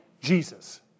Jesus